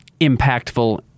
impactful